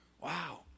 Wow